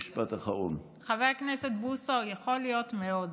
חבר הכנסת בוסו, יכול להיות מאוד